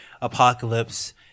apocalypse